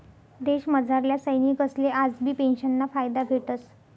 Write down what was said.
देशमझारल्या सैनिकसले आजबी पेंशनना फायदा भेटस